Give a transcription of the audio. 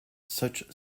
such